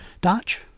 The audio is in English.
Dutch